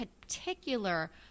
particular